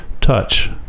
touch